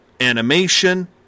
animation